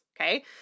Okay